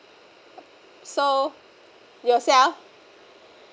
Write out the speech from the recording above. so yourself